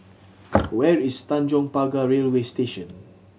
where is Tanjong Pagar Railway Station